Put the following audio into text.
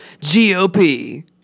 GOP